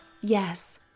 Yes